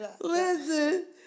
Listen